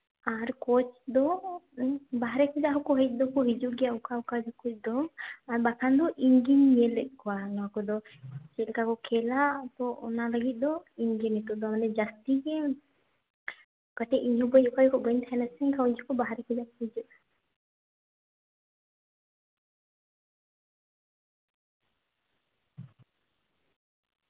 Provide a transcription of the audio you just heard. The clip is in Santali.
ᱟᱨ ᱠᱳᱪ ᱫᱚ ᱵᱟᱨᱦᱮ ᱠᱷᱚᱱᱟᱜ ᱦᱚᱸᱠᱚ ᱦᱮᱡ ᱫᱚᱠᱚ ᱦᱤᱡᱩᱜ ᱜᱮᱭᱟ ᱚᱠᱟ ᱚᱠᱟ ᱡᱚᱠᱷᱚᱱ ᱫᱚ ᱟᱨ ᱵᱟᱠᱷᱟᱱ ᱫᱚ ᱤᱧᱜᱤᱧ ᱧᱮᱞᱮᱫ ᱠᱚᱣᱟ ᱱᱚᱣᱟ ᱠᱚᱫᱚ ᱪᱮᱫ ᱞᱮᱠᱟ ᱠᱚ ᱠᱷᱮᱞᱟ ᱠᱚ ᱚᱱᱟ ᱞᱟᱹᱜᱤᱫ ᱫᱚ ᱤᱧ ᱜᱮ ᱱᱤᱛᱳᱜ ᱫᱚ ᱵᱚᱞᱮ ᱡᱟᱹᱥᱛᱤ ᱜᱮ ᱠᱟᱹᱴᱤᱡ ᱦᱚᱸ ᱵᱟᱹᱧ ᱚᱠᱟ ᱡᱚᱠᱷᱚᱱ ᱵᱟᱹᱧ ᱛᱟᱦᱮᱱᱟ ᱥᱮ ᱩᱱ ᱡᱚᱠᱷᱚᱱ ᱵᱟᱨᱦᱮ ᱠᱷᱚᱱᱟᱜ ᱠᱚ ᱦᱤᱡᱩᱜᱼᱟ